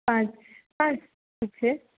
પાંચ પાંચ ઠીક છે